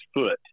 foot